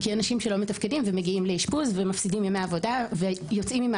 כי אנשים שלא מתפקדים ומגיעים לאשפוז ומפסידים ימי עבודה